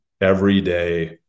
everyday